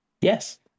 yes